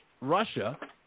Russia